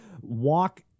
walk